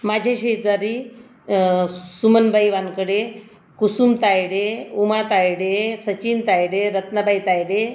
माझे शेजारी सुमनबाई वाणखडे कुसुम तायडे वुमा तायडे सचिन तायडे रत्नाबाई तायडे